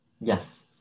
Yes